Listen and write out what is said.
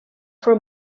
for